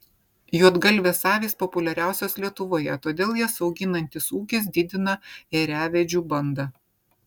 juodgalvės avys populiariausios lietuvoje todėl jas auginantis ūkis didina ėriavedžių bandą